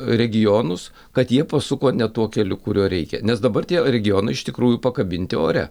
regionus kad jie pasuko ne tuo keliu kuriuo reikia nes dabar tie regionai iš tikrųjų pakabinti ore